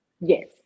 Yes